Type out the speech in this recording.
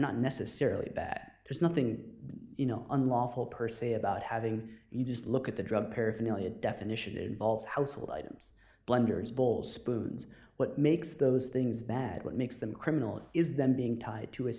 not necessarily bad there's nothing you know unlawful per se about having you just look at the drug paraphernalia definition it involves household items blenders bowls spoons what makes those things bad what makes them criminal is them being tied to a